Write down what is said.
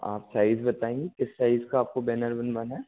आप साइज़ बताइए किस साइज़ का आपको बैनर बनवाना है